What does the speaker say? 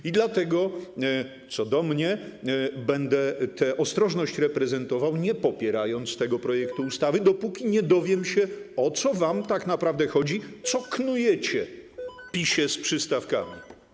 I dlatego, co do mnie, będę tę ostrożność prezentował, nie popierając tego projektu ustawy, dopóki nie dowiem się, o co wam tak naprawdę chodzi, co knujecie, PiS-ie z przystawkami.